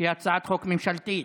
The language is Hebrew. שהיא הצעת חוק ממשלתית,